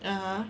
(uh huh)